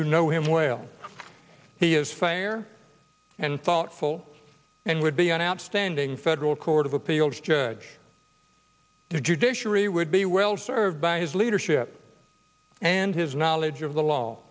who know him well he is fair and thoughtful and would be an outstanding federal court of appeals judge the judiciary would be well served by his leadership and his knowledge of the